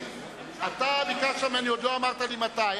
אתה ביקשת ממני, עוד לא אמרת לי מתי.